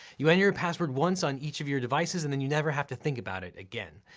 you enter your password once on each of your devices and then you never have to think about it again.